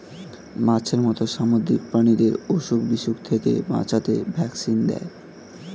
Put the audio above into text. মাছের মত সামুদ্রিক প্রাণীদের অসুখ বিসুখ থেকে বাঁচাতে ভ্যাকসিন দেয়